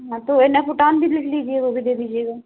हाँ तो एनाफोर्टान भी लिख लीजिए वह भी दे दीजिएगा